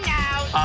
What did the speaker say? now